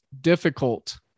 difficult